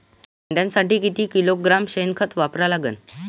कांद्यासाठी किती किलोग्रॅम शेनखत वापरा लागन?